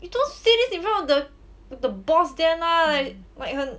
you don't say this in front of the boss there lah like 很